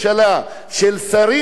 של שרים בממשלה,